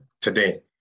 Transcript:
today